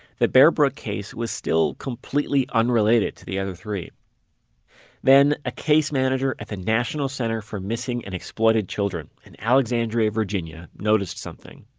the bear brook case was still completely unrelated to the other three then a case manager at the national center for missing and exploited children in alexandria, virginia noticed something.